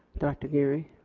director geary.